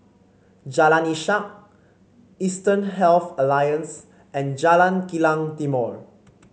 Jalan Ishak Eastern Health Alliance and Jalan Kilang Timor